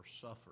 suffer